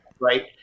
right